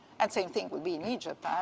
and same thing would be in egypt.